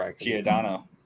Giordano